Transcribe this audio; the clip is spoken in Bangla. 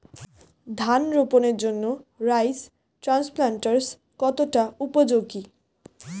ধান রোপণের জন্য রাইস ট্রান্সপ্লান্টারস্ কতটা উপযোগী?